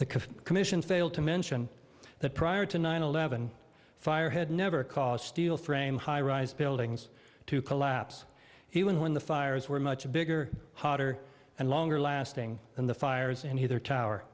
the commission failed to mention that prior to nine eleven fire had never caused steel frame high rise buildings to collapse he was when the fires were much bigger hotter and longer lasting than the fires and here tower